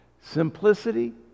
simplicity